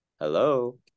Hello